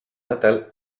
natal